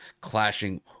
clashing